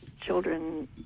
children